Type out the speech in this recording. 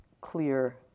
clear